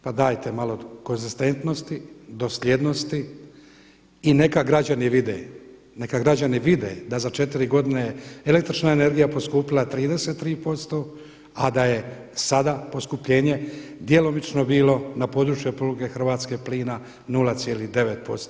Pa dajte malo konzistentnosti, dosljednosti i neka građani vide, neka građani vide da je za 4 godine električna energija poskupjela 33% a da je sada poskupljenje djelomično bilo na području RH plina 0,9%